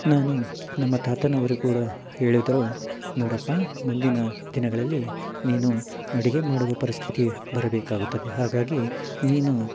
ನಾನು ನಮ್ಮ ತಾತನವರು ಕೂಡ ಹೇಳಿದರು ನೋಡಪ್ಪಾ ಮುಂದಿನ ದಿನಗಳಲ್ಲಿ ನೀನು ಅಡುಗೆ ಮಾಡುವ ಪರಿಸ್ಥಿತಿ ಬರಬೇಕಾಗುತ್ತದೆ ಹಾಗಾಗಿ ನೀನು